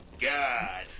God